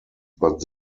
but